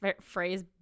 phrase